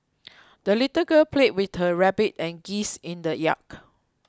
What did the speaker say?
the little girl played with her rabbit and geese in the yard